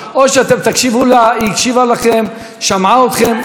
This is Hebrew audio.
או שאתם תקשיבו לה, היא הקשיבה לכם, שמעה אתכם.